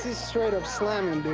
straight up slammin', dude.